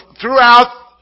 throughout